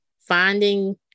finding